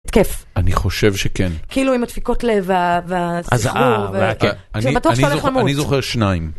התקף. -אני חושב שכן. -כאילו, עם הדפיקות לב, וה... והסחרור. שאתה בטוח שאתה הולך למות. -אני, אני זוכר שניים.